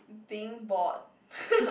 being bored